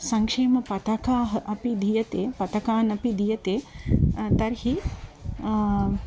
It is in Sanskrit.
संक्षेमपथकाः अपि दीयते पतकान् अपि दीयते तर्हि